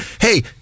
hey